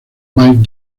mick